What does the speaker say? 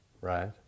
right